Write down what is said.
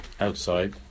outside